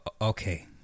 okay